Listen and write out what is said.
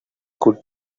could